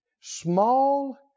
small